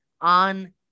on